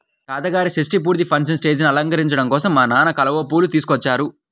తాతగారి షష్టి పూర్తి ఫంక్షన్ స్టేజీని అలంకరించడం కోసం మా నాన్న కలువ పూలు తీసుకొచ్చారు